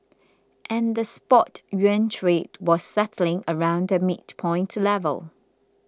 and the spot yuan trade was settling around the midpoint level